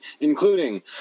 including